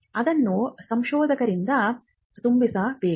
ಅದನ್ನು ಸಂಶೋಧಕರಿಂದ ತುಂಬಿಸಬೇಕು